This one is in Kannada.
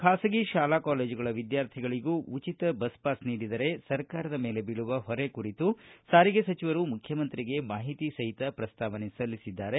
ಖಾಸಗಿ ಶಾಲಾ ಕಾಲೇಜುಗಳ ವಿದ್ಯಾರ್ಥಿಗಳಗೂ ಉಚಿತ ಬಸ್ ಪಾಸ್ ನೀಡಿದರೆ ಆಗುವ ಹೊರೆ ಕುರಿತು ಸಾರಿಗೆ ಸಚಿವರು ಮುಖ್ಯಮಂತ್ರಿಗೆ ಮಾಹಿತಿ ಸಹಿತ ಪ್ರಸ್ತಾವನೆ ಸಲ್ಲಿಸಿದ್ದಾರೆ